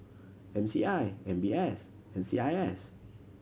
M C I M B S and C I S